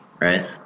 right